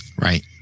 Right